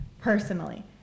personally